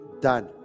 done